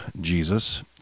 Jesus